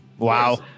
wow